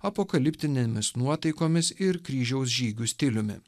apokaliptinėmis nuotaikomis ir kryžiaus žygių stiliumi